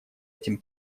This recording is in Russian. этим